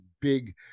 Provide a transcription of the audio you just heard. big